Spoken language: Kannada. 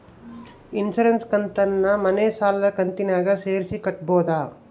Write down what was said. ಇನ್ಸುರೆನ್ಸ್ ಕಂತನ್ನ ಮನೆ ಸಾಲದ ಕಂತಿನಾಗ ಸೇರಿಸಿ ಕಟ್ಟಬೋದ?